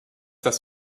das